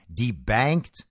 debanked